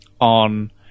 on